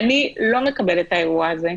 אני לא מקבלת את האירוע הזה.